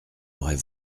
aurait